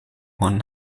one